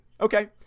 Okay